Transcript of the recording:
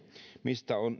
mistä on